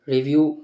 review